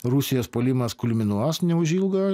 rusijos puolimas kulminuos neužilgo